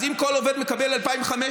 אז אם כל עובד מקבל 2,500,